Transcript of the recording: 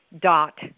dot